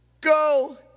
Go